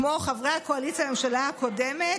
כמו חברי הקואליציה בממשלה הקודמת,